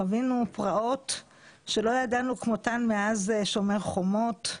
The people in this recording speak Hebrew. חווינו פרעות שלא ידענו כמותם מאז שומר חומות,